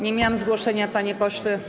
Nie miałam zgłoszenia, panie pośle.